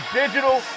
digital